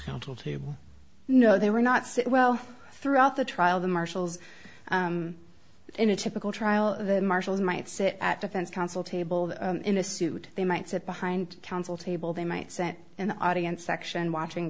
counsel to know they were not sit well throughout the trial the marshals in a typical trial the marshals might sit at defense counsel table in a suit they might sit behind counsel table they might sent in the audience section watching